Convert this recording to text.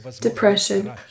depression